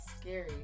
scary